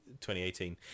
2018